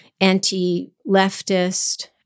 anti-leftist